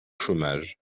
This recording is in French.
chômage